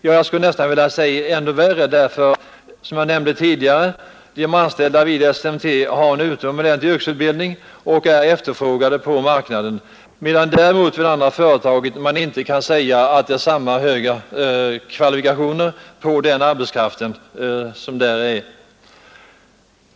Ja, jag skulle nästan vilja säga att de har det ännu värre då, som jag nämnde tidigare, de anställda vid SMT har en utomordentlig yrkesutbildning och är efterfrågade på marknaden medan de andra inte har samma höga kvalifikationer.